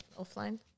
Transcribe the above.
offline